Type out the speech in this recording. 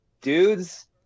Dudes